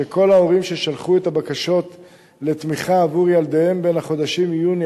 שכל ההורים ששלחו את הבקשות לתמיכה עבור ילדיהם בחודשים יוני